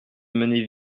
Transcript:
mener